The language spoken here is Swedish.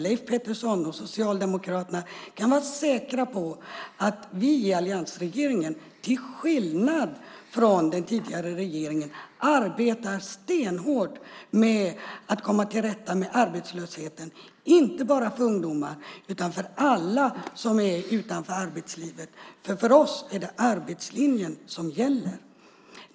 Leif Pettersson och Socialdemokraterna kan vara säkra på att vi i alliansregeringen, till skillnad från den tidigare regeringen, arbetar stenhårt med att komma till rätta med arbetslösheten, inte bara för ungdomar utan för alla som är utanför arbetslivet. För oss är det arbetslinjen som gäller.